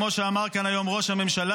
כמו שאמר כאן היום ראש הממשלה.